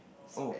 oh